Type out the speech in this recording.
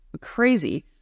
crazy